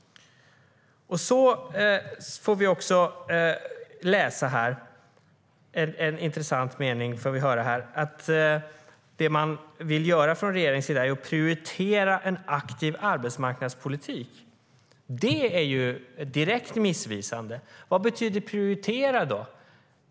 En intressant mening i svaret är att det som man vill göra från regeringens sida är att prioritera en aktiv arbetsmarknadspolitik. Det är direkt missvisande. Vad betyder prioritera?